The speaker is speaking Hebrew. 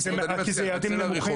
כי זה יעדים נמוכים, אדוני יושב הראש.